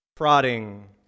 prodding